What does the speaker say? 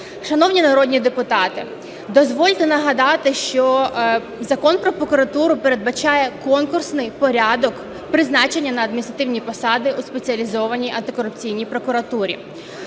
Шановні народні депутати, дозвольте нагадати, що Закон "Про прокуратуру" передбачає конкурсний порядок призначення на адміністративні посади у Спеціалізованій антикорупційній прокуратурі.